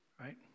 right